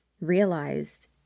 realized